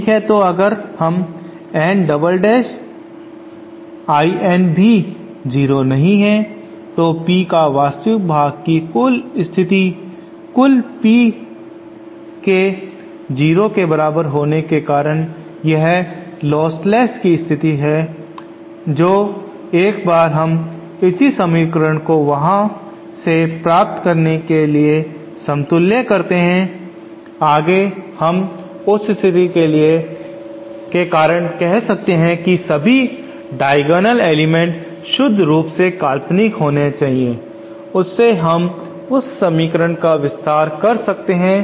ठीक है तो फिर अगर N double dash I N भी 0 नहीं है तो P के वास्तविक भाग की स्थिति कुल P के 0 के बराबर होने के कारण यह लोस्टलेस की स्थिति है जो एक बार हम इसी समीकरण को वहां से प्राप्त करने के लिए समतुल्य करते हैं आगे हम उस स्थिति के कारण कह सकते हैं कि सभी डायगोनल एलिमेंट्स शुद्ध रूप से काल्पनिक होने चाहिए उससे हम उस समीकरण का विस्तार कर सकते हैं